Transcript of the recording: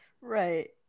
right